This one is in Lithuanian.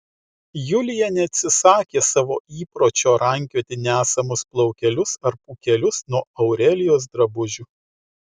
julija neatsisakė savo įpročio rankioti nesamus plaukelius ar pūkelius nuo aurelijos drabužių